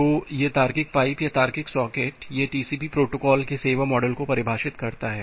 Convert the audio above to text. तो यह तार्किक पाइप या तार्किक सॉकेट ये टीसीपी प्रोटोकॉल के सेवा मॉडल को परिभाषित करता है